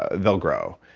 ah they'll grow.